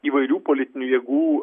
įvairių politinių jėgų